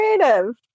creative